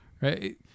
Right